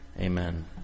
Amen